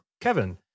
Kevin